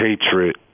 Hatred